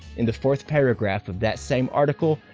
in the fourth paragraph of that same article,